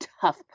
tough